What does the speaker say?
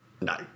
No